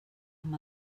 amb